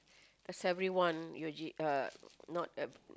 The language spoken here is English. does everyone Yuji uh not uh